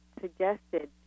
suggested